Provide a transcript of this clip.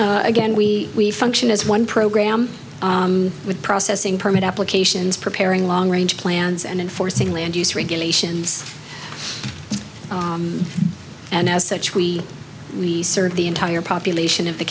leave again we we function as one program with processing permit applications preparing long range plans and enforcing land use regulations and as such we serve the entire population of the